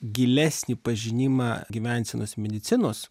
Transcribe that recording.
gilesnį pažinimą gyvensenos medicinos